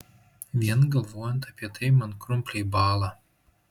vien galvojant apie tai man krumpliai bąla